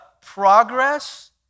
progress